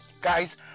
Guys